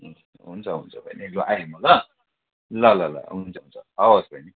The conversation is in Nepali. हुन्छ हुन्छ बहिनी लु आएँ म ल ल ल ल हुन्छ हुन्छ हवस् बहिनी